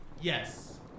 Yes